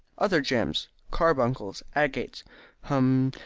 other gems, carbuncles, agates hum!